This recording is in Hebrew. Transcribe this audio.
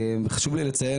חשוב לי לציין